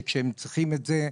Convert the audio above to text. שכאשר הם באמת צריכים את זה,